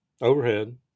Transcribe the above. Overhead